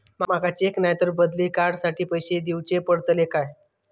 माका चेक नाय तर बदली कार्ड साठी पैसे दीवचे पडतले काय?